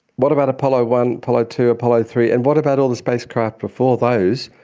what about apollo one, apollo two, apollo three, and what about all the spacecraft before those?